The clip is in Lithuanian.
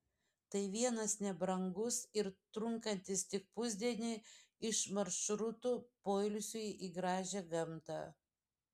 tai vienas nebrangus ir trunkantis tik pusdienį iš maršrutų poilsiui į gražią gamtą